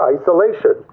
isolation